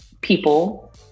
people